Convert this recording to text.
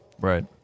Right